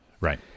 Right